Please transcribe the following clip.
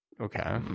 okay